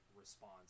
response